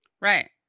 Right